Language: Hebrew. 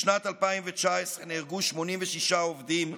בשנת 2019 נהרגו 86 עובדים,